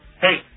Hey